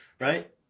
right